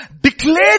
declared